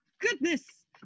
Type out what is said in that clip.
Goodness